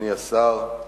אדוני השר,